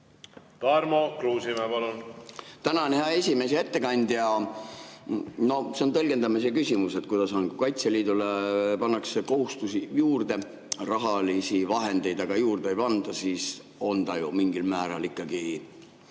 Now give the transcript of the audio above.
Tarmo Kruusimäe, palun!